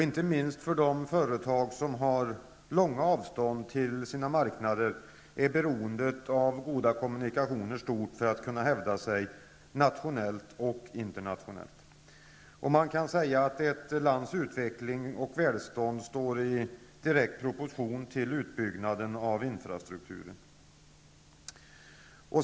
Inte minst för de företag som har långa avstånd till sina marknader är beroendet av goda kommunikationer stort för att kunna hävda sig nationellt och internationellt. Man kan säga att ett lands utveckling och välstånd står i direkt proportion till utbyggnaden av infrastrukturen.